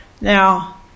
Now